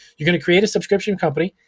you're gonna create a subscription company.